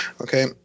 Okay